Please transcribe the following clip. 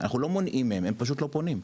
מונעים מהם הם פשוט לא פונים.